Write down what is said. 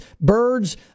birds